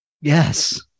Yes